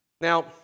Now